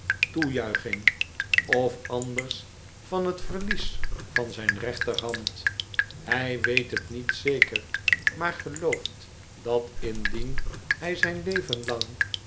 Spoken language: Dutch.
of anders van het verlies van zijn rechterhand hij weet het niet zeker maar gelooft dat indien hij zijn leven lang